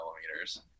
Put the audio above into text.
millimeters